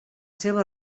seva